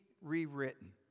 rewritten